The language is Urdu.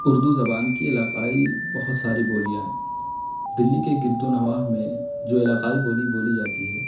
اردو زبان کی علاقائی بہت ساری بولیاں ہیں دلی کے گرد و نواح میں جو علاقائی بولی بولی جاتی ہے